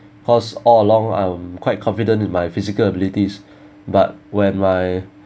because all along I'm quite confident with my physical abilities but when my